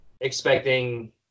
expecting